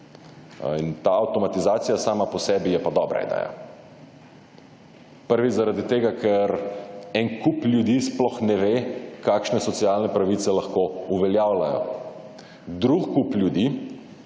ta avtomatizacija, sama po sebi, je pa dobra ideja. Prvič zaradi tega, ker en kup ljudi sploh ne ve, kakšne socialne pravice lahko uveljavljajo. Drug kup ljudi